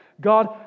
God